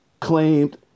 claimed